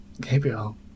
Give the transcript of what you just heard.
Gabriel